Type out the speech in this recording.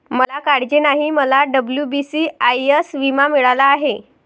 मला काळजी नाही, मला डब्ल्यू.बी.सी.आय.एस विमा मिळाला आहे